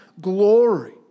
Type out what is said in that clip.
glory